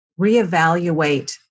reevaluate